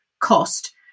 cost